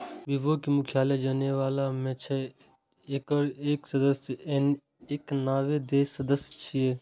विपो के मुख्यालय जेनेवा मे छै, जेकर एक सय एकानबे देश सदस्य छियै